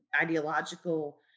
ideological